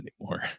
anymore